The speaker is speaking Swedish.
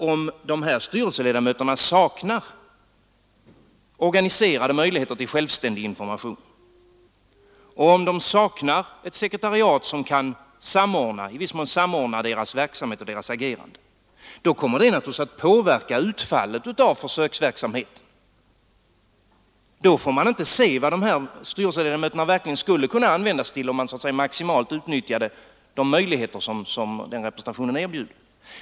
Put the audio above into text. Om dessa styrelseledamöter saknar organiserade möjligheter till självständig information och om de saknar ett sekreteriat som i viss mån kan samordna deras verksamhet och deras agerande, då kommer det naturligtvis att påverka utfallet av försöksverksamheten. Då får man inte se vad dessa styrelseledamöter verkligen skulle kunna användas till om man maximalt utnyttjade de möjligheter som representationen erbjuder.